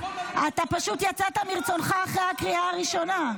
אתה פשוט יצאת מרצונך אחרי הקריאה הראשונה.